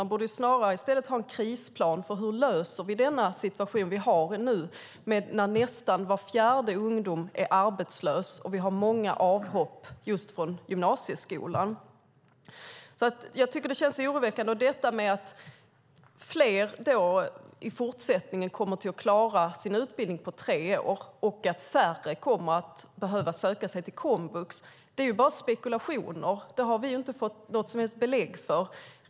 Man borde snarare ha en krisplan för hur vi löser den situation som vi har nu, när nästan var fjärde ungdom är arbetslös och vi har många avhopp just från gymnasieskolan. Det känns oroväckande. Att fler i fortsättningen kommer att klara sin utbildning på tre år och att färre kommer att behöva söka sig till komvux är bara spekulationer. Vi har inte fått något som helst belägg för det.